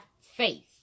faith